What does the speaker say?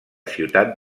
ciutat